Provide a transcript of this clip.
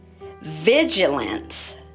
Vigilance